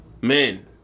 Men